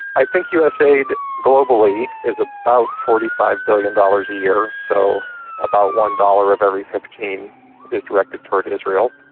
i think us aid globally is about forty five billion dollars a year, so about one dollar of every fifteen is directed toward israel.